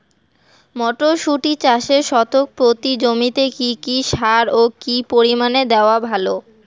মটরশুটি চাষে শতক প্রতি জমিতে কী কী সার ও কী পরিমাণে দেওয়া ভালো?